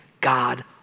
God